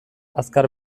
azkar